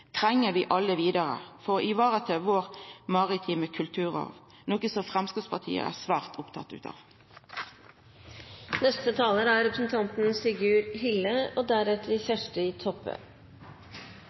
treng vi alle vidare for å vareta vår maritime kulturarv, noko som Framstegspartiet er svært opptatt